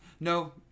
No